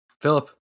Philip